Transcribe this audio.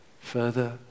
Further